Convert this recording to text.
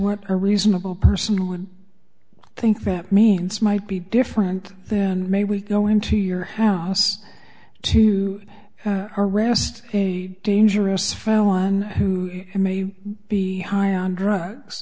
what a reasonable person would think that means might be different then may we go into your house to arrest a dangerous found one who may be high on drugs